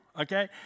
okay